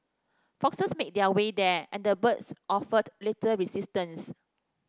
foxes made their way there and the birds offered little resistance